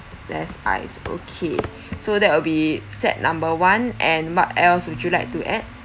less ice okay so that will be set number one and what else would you like to add